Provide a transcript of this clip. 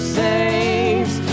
saves